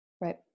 Right